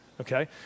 okay